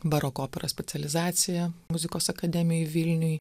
baroko operos specializacija muzikos akademijoj vilniuj